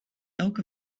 elke